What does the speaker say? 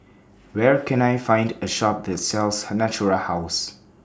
Where Can I Find A Shop that sells Natura House